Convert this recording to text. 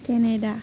Canada